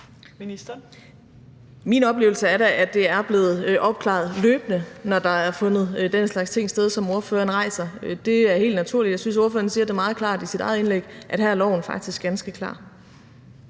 Min oplevelse er da, at det er blevet opklaret løbende, når der er fundet den slags ting sted, som ordføreren nævner. Det er helt naturligt, og jeg synes, ordføreren siger det meget klart i sit eget indlæg, altså at her er loven faktisk ganske klar.